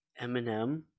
Eminem